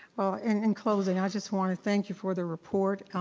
well in closing i just want to thank you for the report,